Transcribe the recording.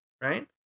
right